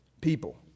people